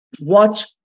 watch